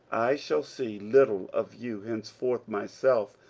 shall see little of you henceforth myself,